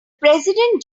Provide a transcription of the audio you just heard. president